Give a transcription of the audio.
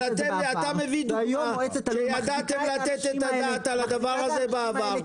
אבל אתה מביא דוגמה שידעתם לתת את הדעת על הדבר הזה בעבר.